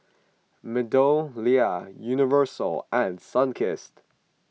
MeadowLea Universal and Sunkist